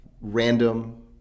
random